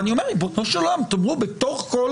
ואני אומר ריבונו של עולם, תאמרו בתוך כל